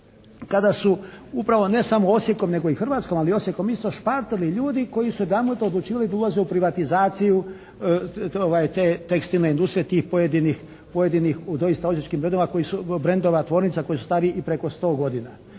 kada su upravo ne samo Osijekom nego i Hrvatskom ali Osijekom isto špartali ljudi koji su se … /Govornik se ne razumije./ … odlučivali da ulaze u privatizaciju tekstilne industrije tih pojedinih u doista osječkim redovima koji su, brendova, tvornica koji su stari i preko 100 godina.